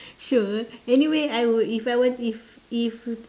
sure anyway I would if I want if if